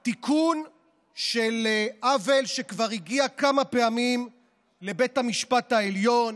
הוא תיקון של עוול שכבר הגיע כמה פעמים לבית המשפט העליון,